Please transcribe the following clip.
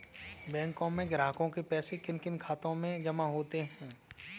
बैंकों में ग्राहकों के पैसे किन किन खातों में जमा होते हैं?